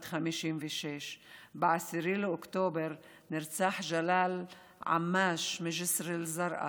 בת 56. ב-10 באוקטובר נרצח ג'לאל עמאש מג'יסר א-זרקא,